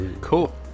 Cool